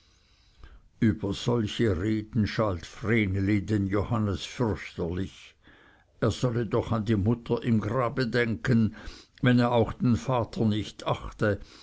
über solche reden schalt vreneli den johannes fürchterlich er solle doch an die mutter im grabe denken wenn er auch den vater nicht achte